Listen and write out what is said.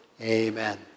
Amen